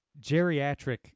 geriatric